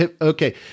Okay